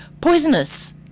poisonous